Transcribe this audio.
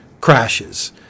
crashes